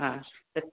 হ্যাঁ